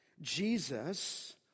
Jesus